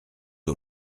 aux